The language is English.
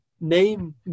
name